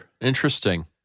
Interesting